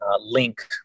link